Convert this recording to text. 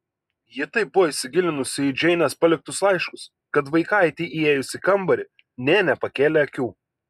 ji taip buvo įsigilinusi į džeinės paliktus laiškus kad vaikaitei įėjus į kambarį nė nepakėlė akių